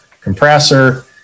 compressor